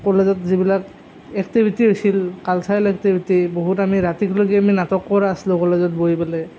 কলেজত যিবিলাক এক্টিভিটি হৈছিল কালছাৰেল এক্টিভিটি বহুত আমি ৰাতি লৈকে আমি নাটক কৰা আছিলোঁ কলেজত বহি পেলাই